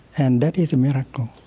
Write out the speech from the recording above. and that is a miracle